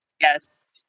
Yes